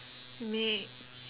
make